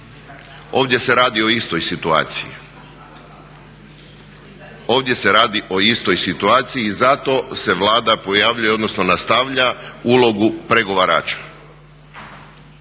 Ovdje se radi o istoj situaciji i zato se Vlada pojavljuje, odnosno nastavlja ulogu pregovarača.